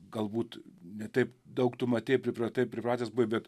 galbūt ne taip daug tu matei pripratai pripratęs buvai bet